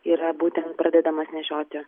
yra būtent pradedamas nešioti